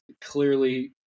clearly